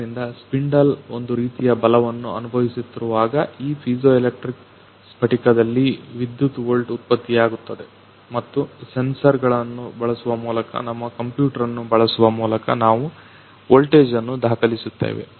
ಆದ್ದರಿಂದ ಸ್ಪಿಂಡಲ್ ಒಂದು ರೀತಿಯ ಬಲವನ್ನು ಅನುಭವಿಸುತ್ತಿರುವಾಗ ಆ ಪೀಜೋಎಲೆಕ್ಟ್ರಿಕ್ ಸ್ಫಟಿಕದಲ್ಲಿ ವಿದ್ಯುತ್ ವೋಲ್ಟ್ ಉತ್ಪತ್ತಿಯಾಗುತ್ತದೆ ಮತ್ತು ಸೆನ್ಸರ್ ಗಳನ್ನು ಬಳಸುವ ಮೂಲಕ ನಮ್ಮ ಕಂಪ್ಯೂಟರ್ ಅನ್ನು ಬಳಸುವ ಮೂಲಕ ನಾವು ವೋಲ್ಟೇಜ್ ಅನ್ನು ದಾಖಲಿಸುತ್ತೇವೆ